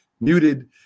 muted